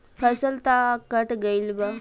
फसल तऽ कट गइल बा